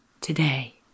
today